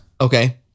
okay